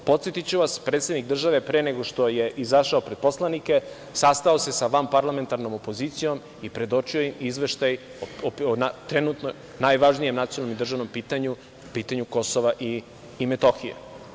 Podsetiću vas, predsednik države, pre nego što je izašao pred poslanike, sastao se sa vanparlamentarnom opozicijom i predočio im izveštaj o trenutno najvažnijem nacionalnom i državnom pitanju, pitanju Kosova i Metohije.